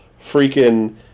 freaking